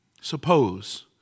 Suppose